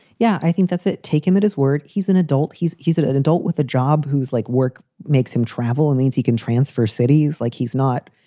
yeah. i think that's it. take him at his word. he's an adult. he's he's an adult with a job who's like work makes him travel and means he can transfer cities like he's not.